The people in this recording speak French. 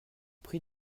prie